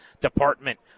department